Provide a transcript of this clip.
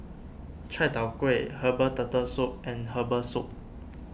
Chai Tow Kuay Herbal Turtle Soup and Herbal Soup